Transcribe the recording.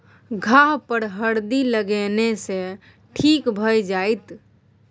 घाह पर हरदि लगेने सँ ठीक भए जाइत